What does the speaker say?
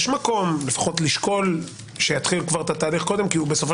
יש מקום לפחות לשקול שיתחיל את התהליך קודם כי בסופו